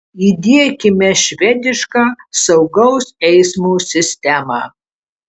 įdiekime švedišką saugaus eismo sistemą